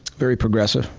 very progressive.